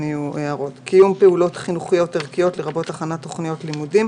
קיום פעולות חינוכיות-ערכיות לרבות הכנת תוכניות לימודים,